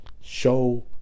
Show